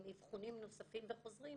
עם אבחונים נוספים וחוזרים,